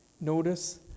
notice